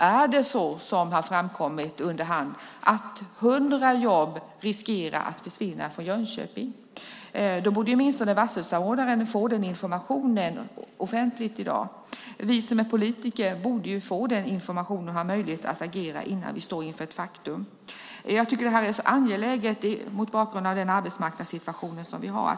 Om det är så som har framkommit under hand, att 100 jobb riskerar att försvinna från Jönköping, borde åtminstone varselsamordnaren få den informationen offentligt i dag. Vi som är politiker borde få den informationen och ha möjlighet att agera innan vi står inför ett faktum. Jag tycker att det här är angeläget mot bakgrund av den arbetsmarknadssituation vi har.